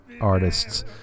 artists